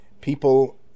People